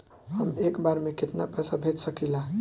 हम एक बार में केतना पैसा भेज सकिला?